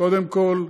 קודם כול,